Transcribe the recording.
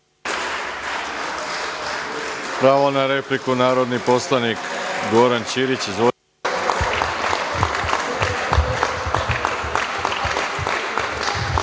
Pravo na repliku, narodni poslanik Goran Ćirić.